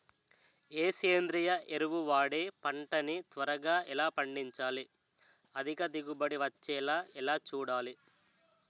ఏ సేంద్రీయ ఎరువు వాడి పంట ని త్వరగా ఎలా పండించాలి? అధిక దిగుబడి వచ్చేలా ఎలా చూడాలి?